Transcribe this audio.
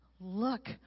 Look